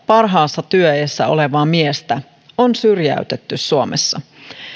parhaassa työiässä olevaa miestä on syrjäytetty suomessa